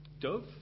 dove